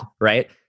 right